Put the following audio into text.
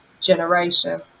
generation